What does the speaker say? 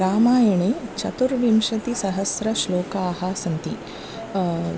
रामायणे चतुर्विंशतिसहस्रश्लोकाः सन्ति